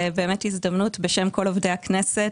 הזדמנות בשם כל עובדי הכנסת,